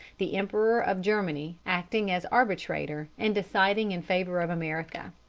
the emperor of germany acting as arbitrator and deciding in favor of america.